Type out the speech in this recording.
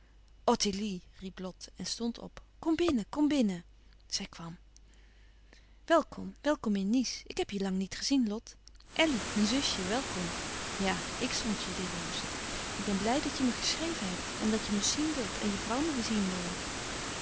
ottilie riep lot en stond op kom binnen kom binnen zij kwam welkom welkom in nice ik heb je in lang niet gezien lot elly mijn zusje welkom ja ik zond je die rozen ik ben blij dat je me geschreven hebt en dat je me dus zien wilt en je vrouw me zien wil